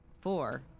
four